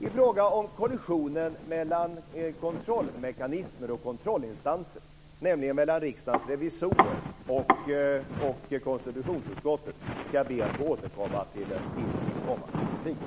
I fråga om kollisionen mellan kontrollmekanismer och kontrollinstanser, nämligen mellan Riksdagens revisorer och oss i konstitutionsutskottet, ska jag be att få återkomma i en kommande replik.